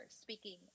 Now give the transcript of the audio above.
speaking